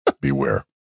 Beware